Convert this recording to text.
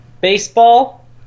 baseball